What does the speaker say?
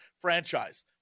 franchise